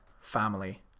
family